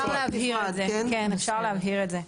אפשר להבהיר את זה, כן, אפשר להבהיר את זה.